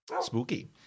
Spooky